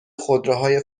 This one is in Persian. خودروهای